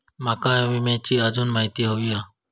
माका विम्याची आजून माहिती व्हयी हा?